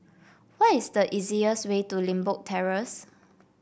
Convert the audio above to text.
what is the easiest way to Limbok Terrace